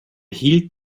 hielt